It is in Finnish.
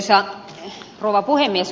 arvoisa rouva puhemies